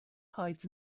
hides